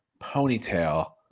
ponytail